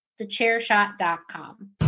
thechairshot.com